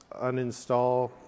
uninstall